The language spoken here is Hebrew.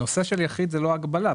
הנושא של יחיד הוא לא הגבלה.